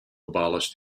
abolish